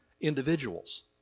individuals